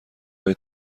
های